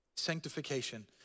Sanctification